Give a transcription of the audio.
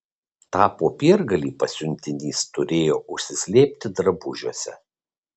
tą popiergalį pasiuntinys turėjo užsislėpti drabužiuose